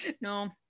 No